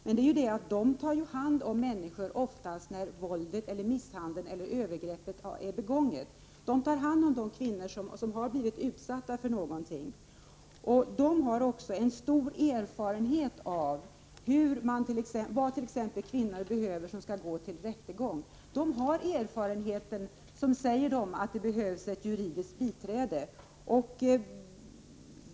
Men de tar oftast hand om människor när våldet, misshandeln eller övergreppet har begåtts. De tar hand om de kvinnor som blivit utsatta för övergrepp, och de har stor erfarenhet av t.ex. vad de kvinnor behöver som skall till en rättegång. De har en erfarenhet som säger dem att det behövs ett juridiskt biträde.